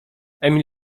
emil